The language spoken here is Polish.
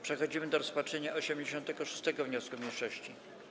Przechodzimy do rozpatrzenia 86. wniosku mniejszości.